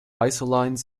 isolines